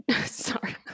Sorry